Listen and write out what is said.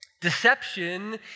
deception